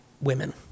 women